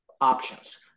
options